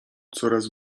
coraz